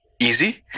easy